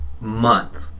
month